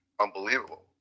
unbelievable